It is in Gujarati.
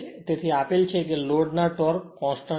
તેથી આપેલ છે કે લોડના ટોર્ક કોંસ્ટંટ છે